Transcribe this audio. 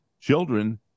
children